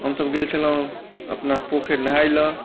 हमसभ गेल छलहुँ अपना पोखरि नहाय लेल